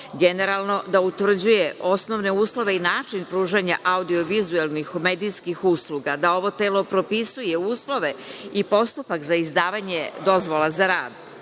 generalno da utvrđuje osnovne uslove i način pružanja auto-vizuelnih medijskih usluga da ovo telo propisuje uslove i postupak za izdavanje dozvola za rad. Ovo